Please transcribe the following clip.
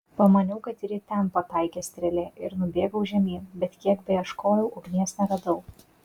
pamaniau kad ir į ten pataikė strėlė ir nubėgau žemyn bet kiek beieškojau ugnies neradau